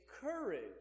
courage